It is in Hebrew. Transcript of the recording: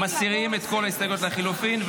מסירים את כל ההסתייגויות לחלופין.